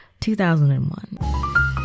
2001